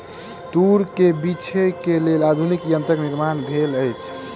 तूर के बीछै के लेल आधुनिक यंत्रक निर्माण भेल अछि